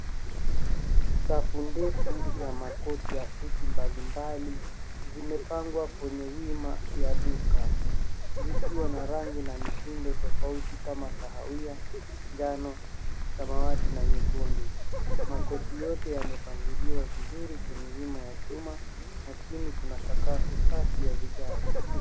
Safu ndefu ya makoti ya suti mbalimbali zimepangwa kwenye wima ya duka zikiwa na rangi na mitindo tofauti kama kahawia, njano, samawati na nyekundu. Makoti yote yamepangiliwa vizuri kwenye wima ya chuma na chini kuna sakafu safi ya vigae.